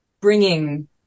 bringing